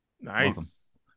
Nice